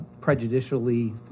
prejudicially